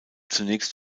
zunächst